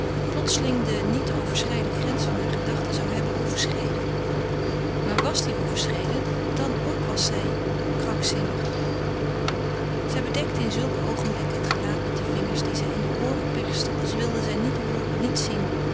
plotseling de niet te overschrijden grens harer gedachten zou hebben overschreden maar was die overschreden dan ook was zij krankzinnig zij bedekte in zulke oogenblikken het gelaat met de vingers die zij in de ooren perste als wilde zij niet hooren niet zien